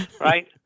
Right